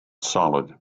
solid